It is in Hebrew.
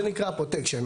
זה נקרא הפרוטקשן.